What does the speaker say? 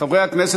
חברי הכנסת,